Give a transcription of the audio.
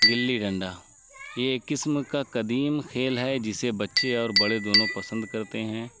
گلی ڈنڈا یہ ایک قسم کا قدیم کھیل ہے جسے بچے اور بڑے دونوں پسند کرتے ہیں